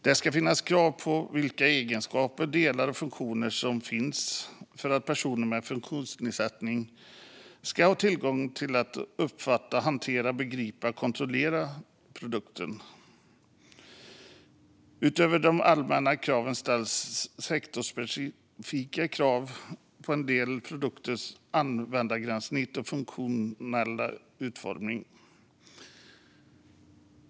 Det ska finnas krav på vilka egenskaper, delar och funktioner som ska finnas för att personer med funktionsnedsättning ska få tillgång till att uppfatta, hantera, begripa och kontrollera produkten. Utöver de allmänna kraven ställs sektorsspecifika krav på en del produkters användargränssnitt och funktionella utformning.